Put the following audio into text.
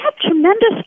tremendous